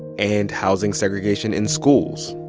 and housing segregation in schools.